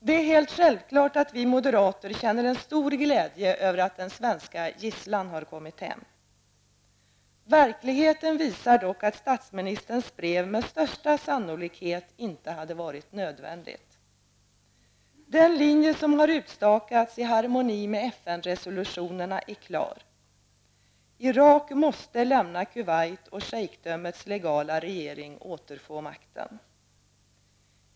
Det är helt självklart att vi moderater känner en stor glädje över att den svenska gisslan har kommit hem. Verkligheten visar dock att statsministerns brev med största sannolikhet inte hade varit nödvändigt. Den linje som har utstakats i harmoni med FN-resolutionerna är klar. Irak måste lämna Kuwait och schejkdömets legala regering återfå makten.